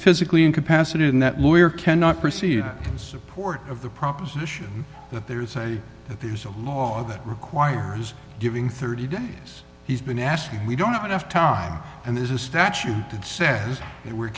physically incapacitated in that lawyer cannot proceed support of the proposition that there is a if there's a law that requires giving thirty days he's been asking we don't have enough time and there's a statute that says they were